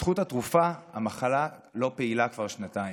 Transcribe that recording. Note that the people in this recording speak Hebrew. בזכות התרופה המחלה לא פעילה כבר שנתיים,